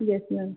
yes ma'am